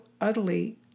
utterly